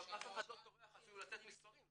גם אף אחד לא טורח אפילו לתת מספרים.